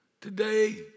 Today